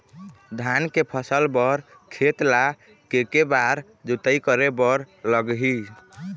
धान फसल के बर खेत ला के के बार जोताई करे बर लगही?